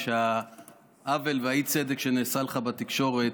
ושהעוול והאי-צדק שנעשה לך בתקשורת,